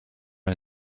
nie